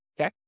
Okay